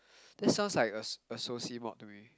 that sounds like a s~ a soci mod to me